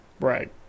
Right